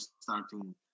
starting